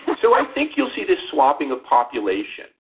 so i think you'll see this swapping of population,